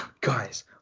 guys